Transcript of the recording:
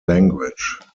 language